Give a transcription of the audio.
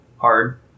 hard